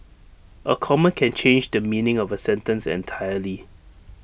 A comma can change the meaning of A sentence entirely